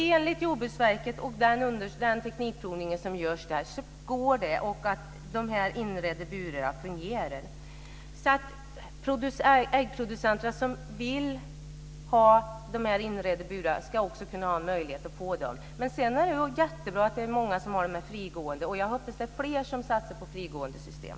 Enligt den teknikprovning som görs av Jordbruksverket går det. De inredda burarna fungerar. De äggproducenter som vill ha dessa inredda burar ska också kunna få dem. Men sedan är det jättebra att det är många som har dem frigående. Jag hoppas att det är fler som satsar på frigående system.